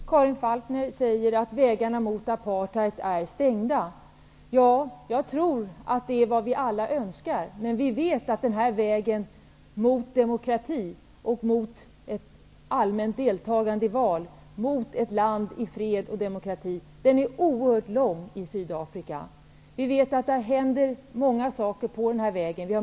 Fru talman! Karin Falkmer säger att vägarna mot apartheid är stängda. Ja, jag tror att det är vad vi alla önskar. Men vi vet att vägen mot ett allmänt deltagande i val och mot ett land i fred och demokrati är oerhört lång i Sydafrika. Vi vet att det händer många saker på den vägen.